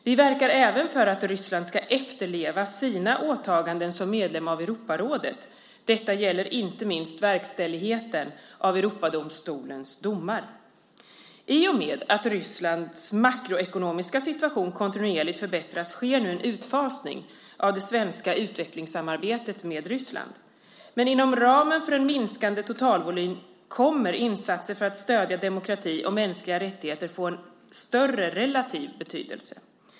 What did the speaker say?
Vi verkar även för att Ryssland ska efterleva sina åtaganden som medlem av Europarådet - detta gäller inte minst verkställigheten av Europadomstolens domar. I och med att Rysslands makroekonomiska situation kontinuerligt förbättras sker nu en utfasning av det svenska utvecklingssamarbetet med Ryssland. Men inom ramen för en minskande totalvolym kommer insatser för att stödja demokrati och mänskliga rättigheter att få en större relativ betydelse.